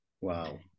Wow